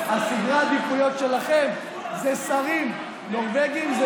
אבל סדרי העדיפויות שלכם הם שרים נורבגים.